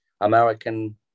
American